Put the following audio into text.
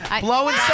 Blowing